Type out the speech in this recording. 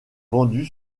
vendu